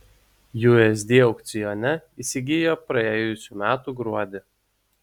usd aukcione įsigijo praėjusių metų gruodį